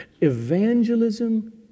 evangelism